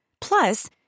Plus